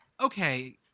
okay